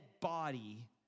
body